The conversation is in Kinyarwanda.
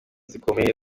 zikomeye